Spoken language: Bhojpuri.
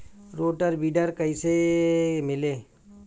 रोटर विडर कईसे मिले?